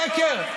שקר.